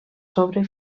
sobre